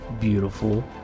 beautiful